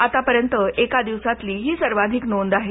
आतापर्यंत एका दिवसातली ही सर्वाधिक नोंद आहे